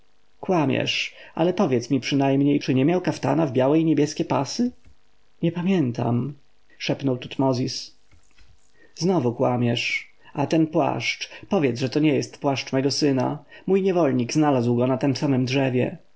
kłamiesz ale powiedz mi przynajmniej czy nie miał kaftana w białe i niebieskie pasy nie pamiętam szepnął tutmozis znowu kłamiesz a ten płaszcz powiedz że to nie jest płaszcz mego syna mój niewolnik znalazł go na tem samem drzewie